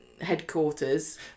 headquarters